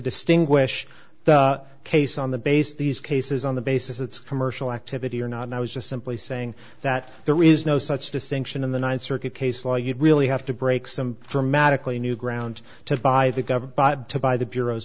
distinguish the case on the basis these cases on the basis it's commercial activity or not and i was just simply saying that there is no such distinction in the ninth circuit case law you'd really have to break some dramatically new ground to buy the government to buy the bureau